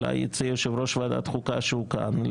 אז אולי יצא יו"ר ועדת החוקה שנמצא כאן,